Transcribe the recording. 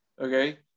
okay